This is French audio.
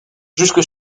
jusque